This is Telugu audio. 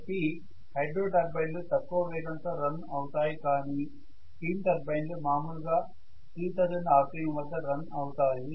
కాబట్టి హైడ్రో టర్బైన్లు తక్కువ వేగం తో రన్ అవుతాయి కానీ స్టీమ్ టర్బైన్లు మాములు గా 3000 rpm వద్ద రన్ అవుతాయి